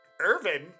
Irvin